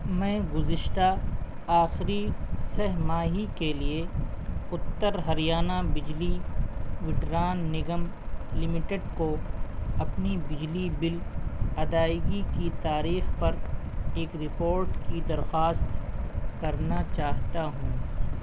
میں گزشتہ آخری سہ ماہی کے لیے اتر ہریانہ بجلی وٹران نگم لمیٹیڈ کو اپنی بجلی بل ادائیگی کی تاریخ پر ایک رپورٹ کی درخواست کرنا چاہتا ہوں